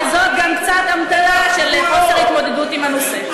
שזאת גם קצת אמתלה לחוסר התמודדות עם הנושא.